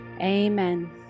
Amen